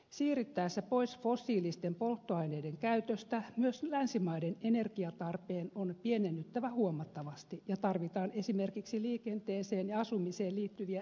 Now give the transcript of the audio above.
siirryttäessä pois fossiilisten polttoaineiden käytöstä myös länsimaiden energiatarpeen on pienennyttävä huomattavasti ja tarvitaan esimerkiksi liikenteeseen ja asumiseen liittyviä energiatehokkaita ratkaisuja